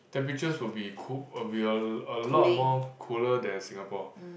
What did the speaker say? temperatures will be cool will a lot more cooler than Singapore